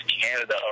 Canada